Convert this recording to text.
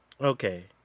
Okay